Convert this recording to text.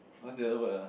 what's the other word ah